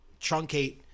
truncate